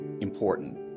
important